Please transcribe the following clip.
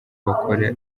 bakora